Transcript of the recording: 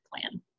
plan